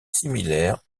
similaire